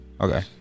Okay